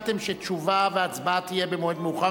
שתשובה והצבעה יהיו במועד מאוחר יותר?